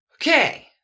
Okay